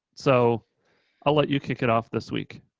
so i'll let you kick it off this week.